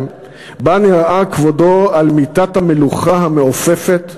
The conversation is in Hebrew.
שבה נראה כבודו על מיטת המלוכה המעופפת,